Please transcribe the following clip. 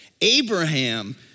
Abraham